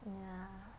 mm ya